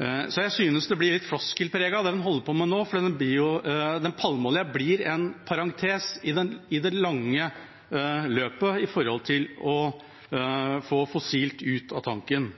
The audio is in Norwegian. Så jeg synes det blir litt floskelpreget, det en holder på med nå, for den palmeoljen blir i det lange løp en parentes når det gjelder å få fossilt drivstoff ut av tanken.